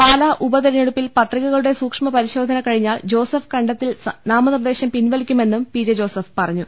പാലാ ഉപതെരഞ്ഞെടുപ്പിൽ പത്രികകളുടെ സൂക്ഷ്മപരി ശോധന കഴിഞ്ഞാൽ ജോസഫ് കണ്ടത്തിൽ നാമനിർദേശം പിൻവലിക്കുമെന്നും പി ജെ ജോസഫ് പറഞ്ഞു